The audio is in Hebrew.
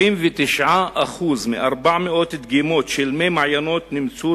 ב-99% מ-400 דגימות של מי מעיינות נמצאו